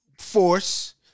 Force